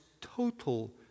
total